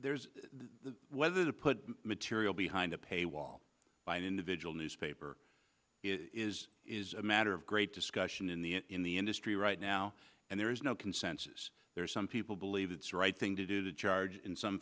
there's the whether to put material behind a paywall by an individual newspaper is is a matter of great discussion in the in the industry right now and there is no consensus there is some people believe it's right thing to do to charge in some